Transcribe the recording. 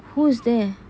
who's there